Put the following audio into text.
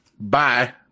Bye